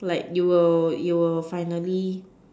like you will you will finally